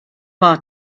war